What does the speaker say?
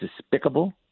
despicable